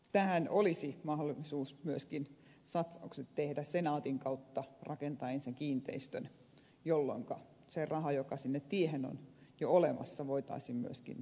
tähän olisi mahdollisuus myöskin satsaukset tehdä rakentaen se kiinteistö senaatin kautta jolloinka se raha joka siihen tiehen on jo olemassa voitaisiin myöskin tolkullisesti käyttää